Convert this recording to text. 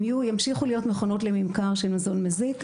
אם ימשיכו להיות מכונות לממכר של מזון מזיק,